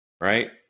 right